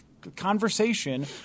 conversation